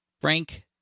Frank